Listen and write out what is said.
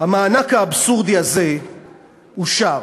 המענק האבסורדי הזה אושר.